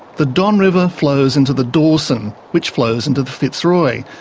the don river flows into the dawson, which flows into the fitzroy,